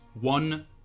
one